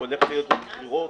ויהיו בחירות,